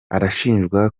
arashinjwa